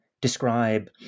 describe